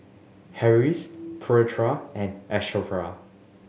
Harris Putra and Asharaff